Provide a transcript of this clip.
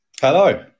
Hello